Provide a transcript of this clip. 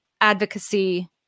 advocacy